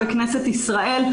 בכנסת ישראל.